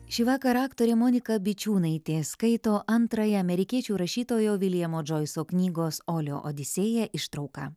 šįvakar aktorė monika bičiūnaitė skaito antrąją amerikiečių rašytojo viljamo džoiso knygos olio odisėja ištrauką